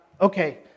Okay